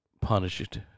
punished